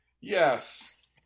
yes